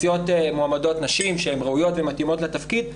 מציעות מועמדות נשים שהן ראויות ומתאימות לתפקיד,